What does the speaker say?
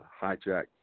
hijack